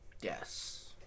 Yes